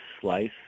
slice